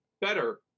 Better